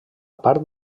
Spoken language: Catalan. part